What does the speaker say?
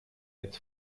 mit